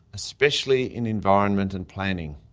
especially in environment and planning.